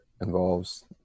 involves